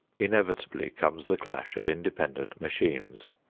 inevitably comes the clash of independent machines.